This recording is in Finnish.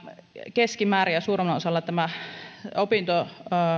keskimäärin ja suurimmalla osalla tämä